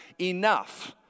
enough